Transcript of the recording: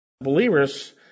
believers